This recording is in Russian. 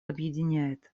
объединяет